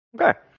Okay